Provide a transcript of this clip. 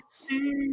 see